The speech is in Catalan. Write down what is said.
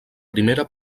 primera